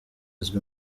azwi